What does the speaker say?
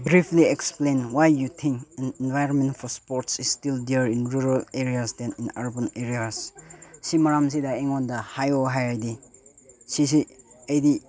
briefly explain why you think environment for sport still there in rural areas than in urban areas ꯁꯤ ꯃꯔꯝꯁꯤꯗ ꯑꯩꯉꯣꯟꯗ ꯍꯥꯏꯌꯣ ꯍꯥꯏꯔꯗꯤ ꯁꯤꯁꯤ ꯑꯩꯗꯤ